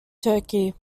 turkey